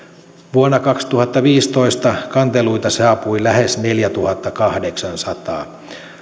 vuonna kaksituhattaviisitoista kanteluita saapui lähes neljätuhattakahdeksansataa